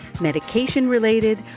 medication-related